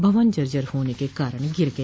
भवन जर्जर होने के कारण गिर गया